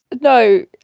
No